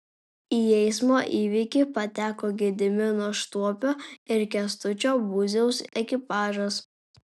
į eismo įvykį pateko gedimino štuopio ir kęstučio būziaus ekipažas